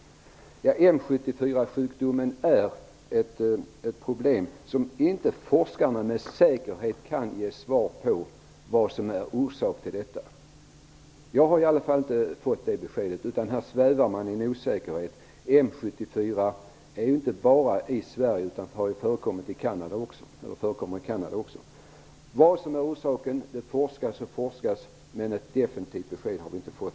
M 74-sjukdomen är ett problem. Forskarna kan inte med säkerhet ge svar på vad som orsakar denna sjukdom. Åtminstone har inte jag fått något klart besked, utan här svävar man i osäkerhet. M 74 förekommer ju inte bara i Sverige, utan även i Canada. Det forskas i vad som är orsaken till sjukdomen, men något definitivt besked har vi inte fått.